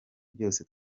byose